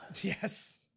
Yes